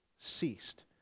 ceased